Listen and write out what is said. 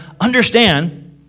understand